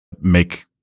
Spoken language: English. make